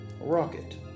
Rocket